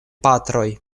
patroj